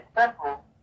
simple